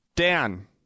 Dan